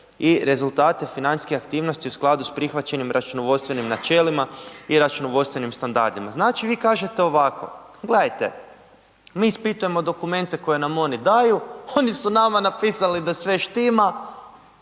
i rezultate financijskih aktivnosti u skladu s prihvaćanjem računovodstvenim načelima i računovodstvenim standardima. Znači, vi kažete ovako, gledajte mi ispitujemo dokumente koje nam oni daju, oni su nama napisali da sve štima,